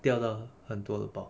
掉到很多了吧